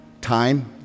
time